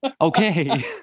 okay